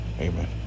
Amen